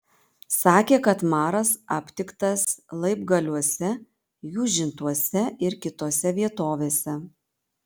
sakė kad maras aptiktas laibgaliuose jūžintuose ir kitose vietovėse